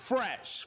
Fresh